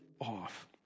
off